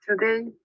Today